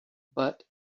but